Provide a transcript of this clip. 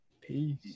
Peace